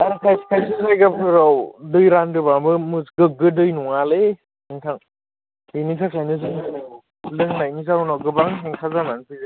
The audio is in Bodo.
दा खायसे खायसे जायगाफोराव दै रानदोंबाबो गोग्गो दै नङालै नोंथां बेनि थाखायनो जों दै लोंनायनि जाउनाव गोबां हेंथा जानानै फैदों